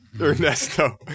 Ernesto